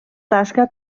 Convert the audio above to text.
tasca